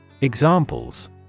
Examples